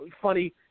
funny